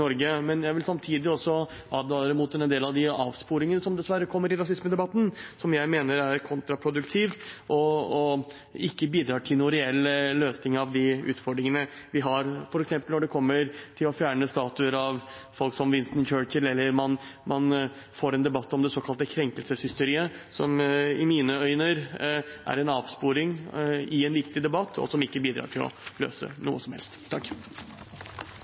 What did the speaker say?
Norge. Samtidig vil jeg også advare mot en del av de avsporinger som dessverre kommer i rasismedebatten, som jeg mener er kontraproduktive og ikke bidrar til noen reell løsning av de utfordringene vi har, f.eks. når det gjelder å fjerne statuer av folk som Winston Churchill, eller når man får en debatt om det såkalte krenkelseshysteriet. Det er i mine øyne en avsporing i en viktig debatt og bidrar ikke til å løse noe som helst.